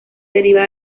deriva